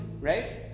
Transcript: right